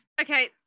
okay